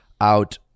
out